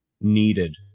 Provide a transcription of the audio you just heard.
needed